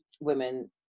women